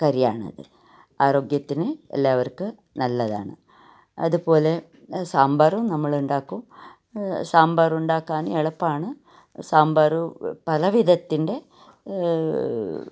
കറിയാണിത് ആരോഗ്യത്തിനു എല്ലാവർക്കും നല്ലതാണ് അതുപോലെ സാമ്പാറും നമ്മൾ ഉണ്ടാക്കും സാമ്പാർ ഉണ്ടാക്കാൻ എളുപ്പമാണ് സാമ്പാർ പല വിധത്തിൻ്റെ